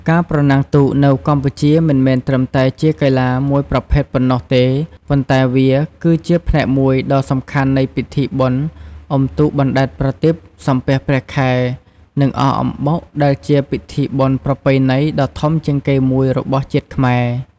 ការប្រណាំងទូកនៅកម្ពុជាមិនមែនត្រឹមតែជាកីឡាមួយប្រភេទប៉ុណ្ណោះទេប៉ុន្តែវាគឺជាផ្នែកមួយដ៏សំខាន់នៃពិធីបុណ្យអុំទូកបណ្ដែតប្រទីបសំពះព្រះខែនិងអកអំបុកដែលជាពិធីបុណ្យប្រពៃណីដ៏ធំជាងគេមួយរបស់ជាតិខ្មែរ។